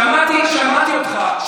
שמעתי, שמעתי אותך.